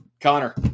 Connor